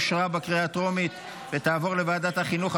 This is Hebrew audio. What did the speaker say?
אושרה בקריאה טרומית ותעבור לוועדת החינוך,